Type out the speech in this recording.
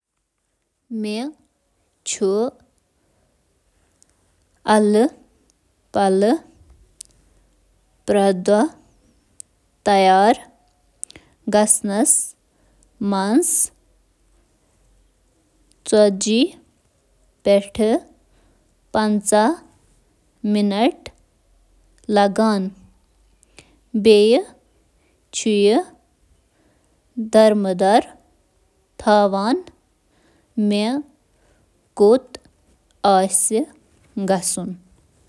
صُبحٲے تیار گژھنس چھٗ وقت اكِس نفرٕ سٕتہِ مٗختلِف آسان ، مگر یہِ ہیكہِ ترٕہ پیٹھہٕ نَمتھ مِنٹن تام ٲسِتھ ۔